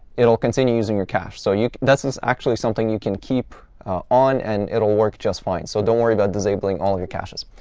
it'll continue using your cache. so this is actually something you can keep on, and it'll work just fine. so don't worry about disabling all your caches.